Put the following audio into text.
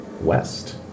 west